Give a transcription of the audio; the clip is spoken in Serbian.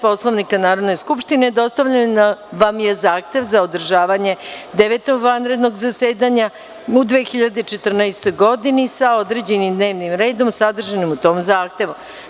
Poslovnika Narodne skupštine, dostavljen vam je zahtev za održavanje Devetog vanrednog zasedanja u 2014. godini, sa određenim dnevnim redom sadržanim u tom zahtevu.